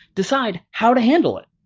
decide how to handle it.